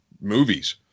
movies